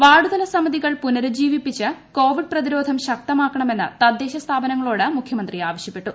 വാർഡു തലസ്ഥമിതീകൾ പുനരുജ്ജീവിപ്പിച്ച് കോവിഡ് പ്രതിരോധം ശക്തമാക്കണമെന്ന് തദ്ദേശ സ്ഥാപനങ്ങളോട് മുഖ്യമന്ത്രി ആവശ്യപ്പെട്ടു